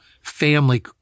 family